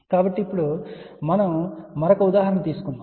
కాబట్టి ఇప్పుడు మనం మరొక ఉదాహరణ తీసుకుందాం